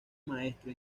maestro